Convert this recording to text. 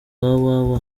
www